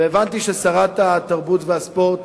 והבנתי ששרת התרבות והספורט